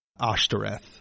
Ashtoreth